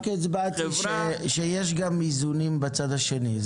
רק הסברתי שיש גם איזונים בצד השני.